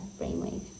brainwave